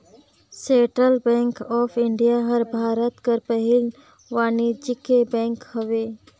central bank of India हर भारत कर पहिल वानिज्यिक बेंक हवे